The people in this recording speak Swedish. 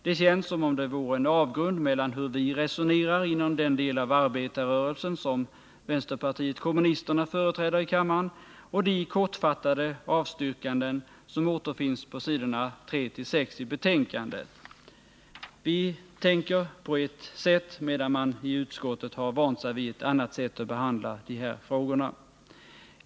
Det känns som om det vore en avgrund mellan hur vi resonerar inom den del av arbetarrörelsen som vänsterpartiet kommunisterna företräder i kammaren och de kortfattade avstyrkanden som återfinns på s. 3-6 i betänkandet. Vi tänker på ett sätt, medan man i utskottet har vant sig vid ett annat sätt att behandla de här frågorna.